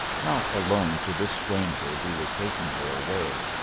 not alone to this stranger who was taking her away.